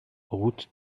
route